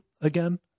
again